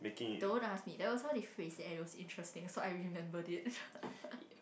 don't ask me that was how they phrase there and it was interesting so I remembered it